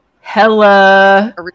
Hella